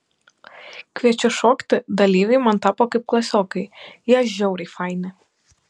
kviečiu šokti dalyviai man tapo kaip klasiokai jie žiauriai faini